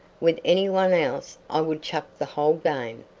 with any one else i would chuck the whole game,